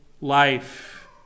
life